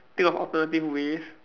think of alternative ways